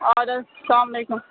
اد حظ سلام علیکُم